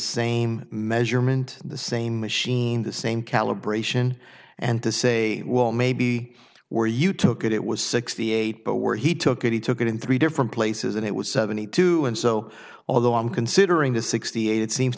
same measurement the same machine the same calibration and to say well maybe where you took it it was sixty eight but where he took it he took it in three different places and it was seventy two and so although i'm considering the sixty eight it seems